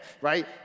right